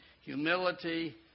humility